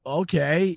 okay